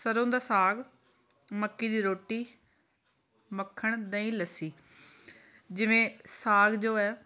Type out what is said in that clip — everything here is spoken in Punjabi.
ਸਰ੍ਹੋਂ ਦਾ ਸਾਗ ਮੱਕੀ ਦੀ ਰੋਟੀ ਮੱਖਣ ਦਹੀ ਲੱਸੀ ਜਿਵੇਂ ਸਾਗ ਜੋ ਹੈ